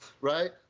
right